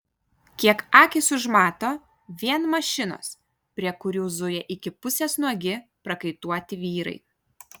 kiek akys užmato vien mašinos prie kurių zuja iki pusės nuogi prakaituoti vyrai